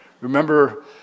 Remember